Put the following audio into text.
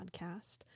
podcast